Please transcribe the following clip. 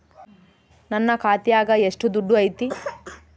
ನನ್ನ ಖಾತ್ಯಾಗ ಎಷ್ಟು ದುಡ್ಡು ಐತಿ?